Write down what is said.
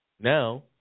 Now